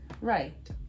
right